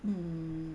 mm